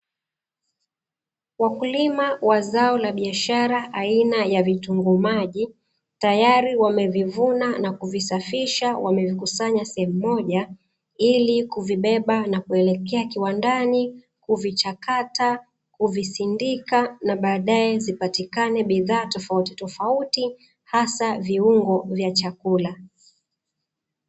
Wakulima wa zao la kibiashara aina ya vitunguu maji tayari wamevivuna na kusavisafisha, wamevikusanya sehemu moja ili kuvibeba na kuelekea kiwandani kuvichakata, kuvisindika na baadae zipatikane bidhaa tofauti tofauti hasa viungo vya chakula.